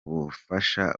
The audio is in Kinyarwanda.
ubufasha